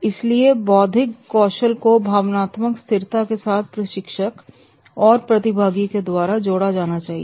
इसलिए बौद्धिक कौशल को भावनात्मक स्थिरता के साथ प्रशिक्षक और प्रतिभागी के द्वारा जोड़ा जाना चाहिए